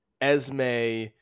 Esme